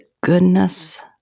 goodness